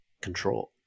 control